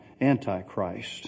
Antichrist